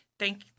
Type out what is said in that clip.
Thank